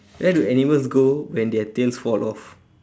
where do animals go when their tails fall off